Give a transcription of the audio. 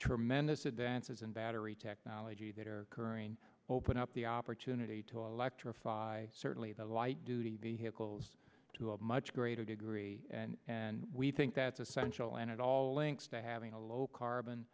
tremendous advances in battery technology that are occurring open up the opportunity to electrify certainly the light duty vehicles to a much greater degree and we think that's essential and it all links to having a low carbon